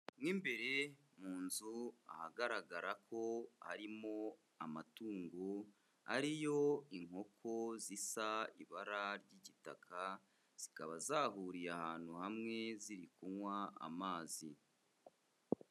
Mo imbere mu nzu ahagaragara ko harimo amatungo ari yo inkoko zisa ibara ry'igitaka, zikaba zahuriye ahantu hamwe ziri kunywa amazi.